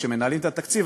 כשמנהלים את התקציב,